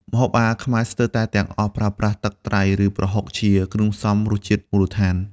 ម្ហូបអាហារខ្មែរស្ទើរតែទាំងអស់ប្រើប្រាស់ ទឹកត្រី ឬប្រហុកជាគ្រឿងផ្សំរសជាតិមូលដ្ឋាន។